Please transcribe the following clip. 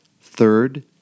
third